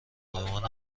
مامان